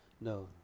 No